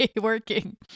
working